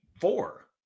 four